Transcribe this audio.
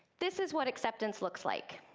this is what acceptance looks like.